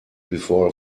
before